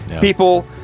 People